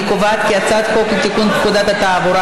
אני קובעת כי הצעת חוק לתיקון פקודת התעבורה